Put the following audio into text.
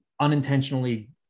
unintentionally